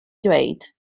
dweud